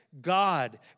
God